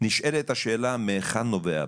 נשאלת השאלה מהיכן נובע הפער.